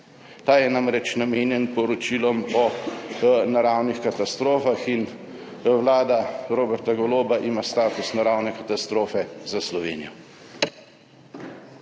Ta je namreč namenjen poročilom o naravnih katastrofah in vlada Roberta Goloba ima status naravne katastrofe za Slovenijo.